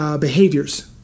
behaviors